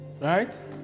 Right